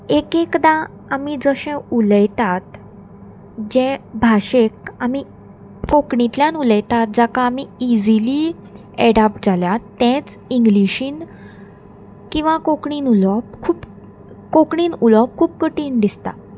एक एकदा आमी जशें उलयतात जे भाशेक आमी कोंकणींतल्यान उलयतात जाका आमी इजिली एडाप्ट जाल्यात तेंच इंग्लिशीन किंवा कोंकणीन उलोवप खूब कोंकणीन उलोवप खूब कठीण दिसता